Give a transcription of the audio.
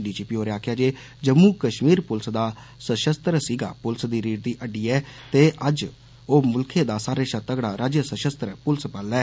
D G P होरें आक्खेया जे जम्मू कश्मीर पुलस दा सशस्त्र सिगा पुलस दी रीड दी हड्डी ऐ ते अज्ज ओ मुल्खा दा सारे शा तगड़ा राज्य सशस्त्र प्लस बल ऐ